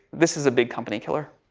this is a big company killer.